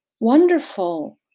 wonderful